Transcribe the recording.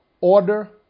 order